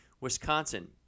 Wisconsin